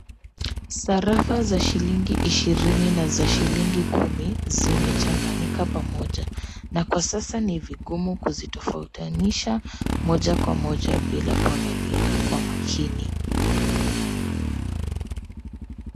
Sarafa za shilingi ishirini na za shilingi kumi zimechanganyika pamoja na kwa sasa ni vigumu kuzitofautisha moja kwa moja bila kuangalia kwa makini.